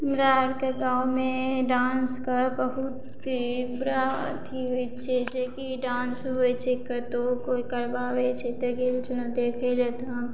हमरा आरके गाँवमे डांसके बहुत बुरा अथी होइ छै जेकि डान्स होइ छै कतहु कोइ करबाबय छै तऽ गेल छलहुँ देखय लए तऽ